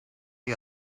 you